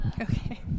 Okay